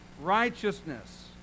righteousness